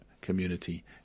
community